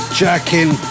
jacking